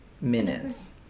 minutes